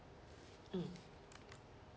mm